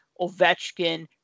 Ovechkin